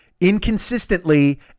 inconsistently